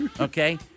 okay